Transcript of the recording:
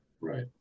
Right